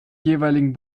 jeweiligen